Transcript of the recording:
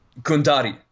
Gundari